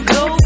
go